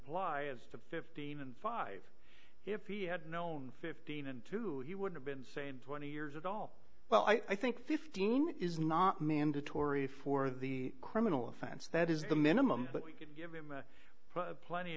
as to fifteen and five if he had known fifteen and two he would have been saying twenty years at all well i think fifteen is not mandatory for the criminal offense that is the minimum but we could give him plenty